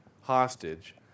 hostage